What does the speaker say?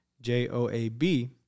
J-O-A-B